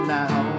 now